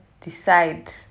decide